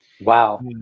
Wow